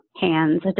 hands